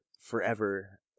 forever